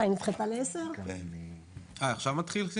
אה, עכשיו מתחיל?